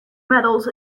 medals